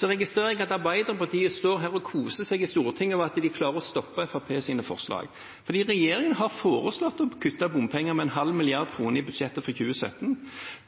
Jeg registrerer at Arbeiderpartiet står her og koser seg i Stortinget over at de klarer å stoppe Fremskrittspartiets forslag. Regjeringen har foreslått å kutte bompengene med en halv mrd. kr i budsjettet for 2017.